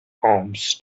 arms